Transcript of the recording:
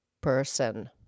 person